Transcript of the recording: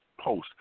post